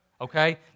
Okay